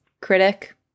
critic